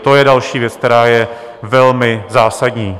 To je další věc, která je velmi zásadní.